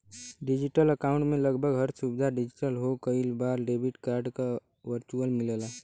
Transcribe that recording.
digital account में लगभग हर सुविधा डिजिटल होला कई बार डेबिट कार्ड भी वर्चुअल मिलला